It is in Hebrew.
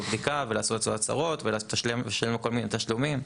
בדיקה ולעשות אצלו הצהרות ולשלם לו כל מיני תשלומים.